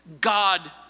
God